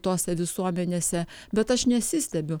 tose visuomenėse bet aš nesistebiu